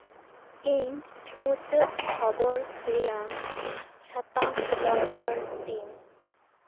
ᱤᱧ ᱢᱩᱪᱟᱹᱫ ᱠᱷᱚᱵᱚᱨ ᱨᱮᱭᱟᱝ ᱥᱟᱛᱟᱢ ᱫᱚᱨᱠᱟᱨ ᱛᱤᱧ